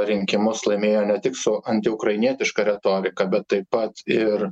rinkimus laimėjo ne tik su anti ukrainietiška retorika bet taip pat ir